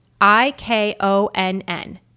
I-K-O-N-N